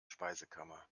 speisekammer